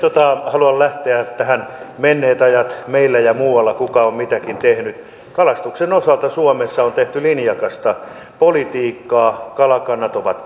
halua lähteä tähän menneet ajat meillä ja muualla kuka on mitäkin tehnyt keskusteluun kalastuksen osalta suomessa on tehty linjakasta politiikkaa kalakannat ovat